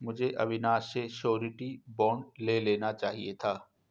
मुझे अविनाश से surety bond ले लेना चाहिए था